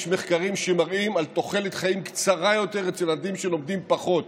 יש מחקרים שמראים תוחלת חיים קצרה אצל ילדים שלומדים פחות.